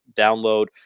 download